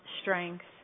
strength